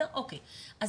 אז